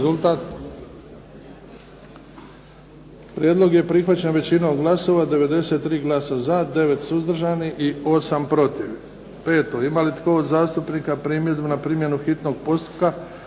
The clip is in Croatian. Prijedlog je prihvaćen većinom glasova, 93 glasa za, 9 suzdržanih i 8 protiv.